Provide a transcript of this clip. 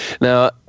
now